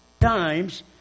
times